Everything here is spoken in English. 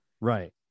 Right